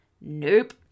Nope